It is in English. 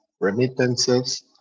remittances